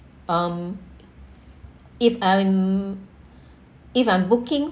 um if I'm if I'm booking